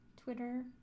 Twitter